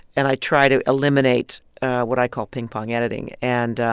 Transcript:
and i try to eliminate what i call pingpong editing. and,